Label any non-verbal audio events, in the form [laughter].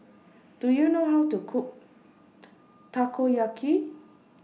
Do YOU know How to Cook [noise] Takoyaki